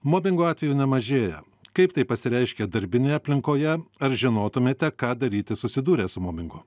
mobingo atvejų nemažėja kaip tai pasireiškia darbinėj aplinkoje ar žinotumėte ką daryti susidūrę su mobingu